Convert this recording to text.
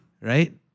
Right